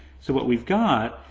so what we got,